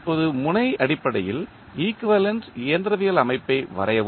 இப்போது முனை அடிப்படையில் ஈக்குவேலண்ட் இயந்திரவியல் அமைப்பை வரையவும்